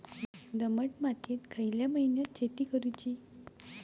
दमट मातयेत खयल्या महिन्यात शेती करुची?